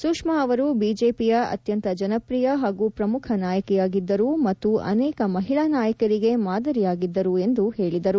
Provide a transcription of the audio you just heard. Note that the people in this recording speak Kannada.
ಸುಷ್ನಾ ಅವರು ಬಿಜೆಪಿಯ ಅತ್ತಂತ ಜನಪ್ರಿಯ ಹಾಗೂ ಪ್ರಮುಖ ನಾಯಕಿಯಾಗಿದ್ದರು ಮತ್ತು ಅನೇಕ ಮಹಿಳಾ ನಾಯಕಿಯರಿಗೆ ಮಾದರಿಯಾಗಿದ್ದರು ಎಂದು ಹೇಳಿದರು